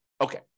Okay